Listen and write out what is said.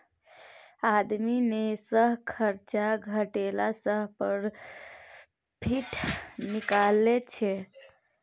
आमदनी मे सँ खरचा घटेला सँ प्रोफिट निकलै छै